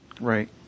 Right